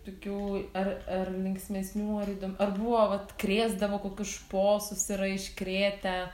tokių ar ar linksmesnių ar įdom ar buvo vat krėsdavo kokius šposus yra iškrėtę